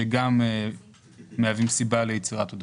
שגם מהווים סיבה ליצירת עודפים.